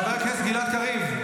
--- חבר הכנסת גלעד קריב,